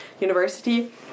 university